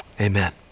amen